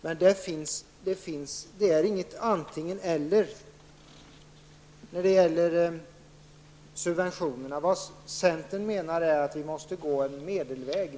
Men det är inget antingen eller när det gäller subventionerna. Vi i centern menar att man måste gå en medelväg.